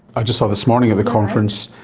i just saw this morning at the conference,